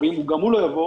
אם גם הוא לא יבוא,